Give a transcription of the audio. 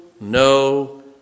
no